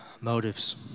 motives